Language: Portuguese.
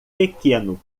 pequeno